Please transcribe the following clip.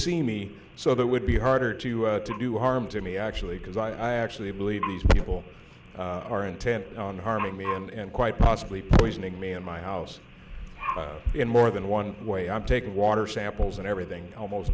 see me so that would be harder to to do harm to me actually because i actually believe these people are intent on harming me and quite possibly poisoning me in my house in more than one way i'm taking water samples and everything almost